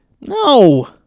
No